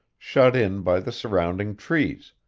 shut in by the surrounding trees,